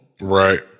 Right